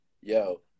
yo